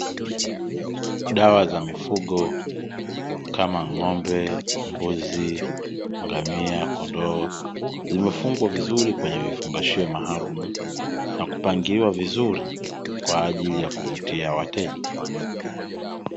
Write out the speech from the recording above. Dawa za mifugo kama; ng'ombe, mbuzi, ngamia, kondoo, zimefungwa vizuri kwenye vifungashio maalumu na kupangiliwa vizuri, kwa ajili ya kuvutia wateja.